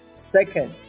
Second